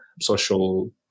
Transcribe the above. social